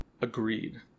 Agreed